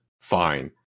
fine